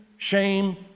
shame